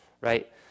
right